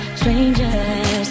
strangers